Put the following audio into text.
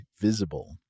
Visible